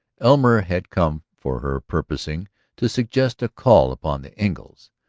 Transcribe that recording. elmer had come for her purposing to suggest a call upon the engles.